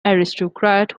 aristocrat